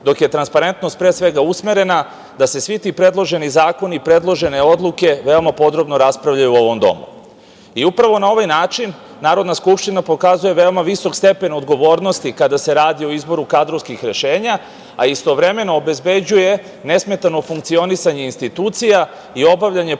dok je transparentnost pre svega usmerena da se svi ti predloženi zakoni i predložene odluke veoma podbrobno raspravljaju u ovom domu. Upravo na ovaj način Narodna skupština pokazuje veoma visok stepen odgovornosti kada se radi o izboru kadrovskih rešenja, a istovremeno obezbeđuje nesmetano funkcionisanje institucija i obavljanje